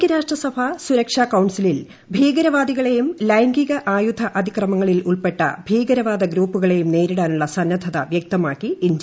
ഐകൃരാഷ്ട്രസഭ സൂര്ക്ഷ ക്ൌൺസിലിൽ ഭീകരവാദികളെയും ് കൂലംഗിക ആയുധ അതിക്രമങ്ങളിൽ പൂ ഉൾപ്പെട്ട ഭീകരവാദ ഗ്രൂപ്പുകളെയും നേരിടാനുള്ള സ്ന്ന്ദ്ധത വൃക്തമാക്കി ഇന്ത്യ